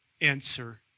answer